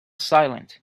silent